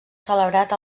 celebrat